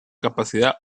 capacidad